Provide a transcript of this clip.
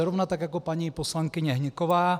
Zrovna tak jako paní poslankyně Hnyková.